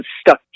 stuck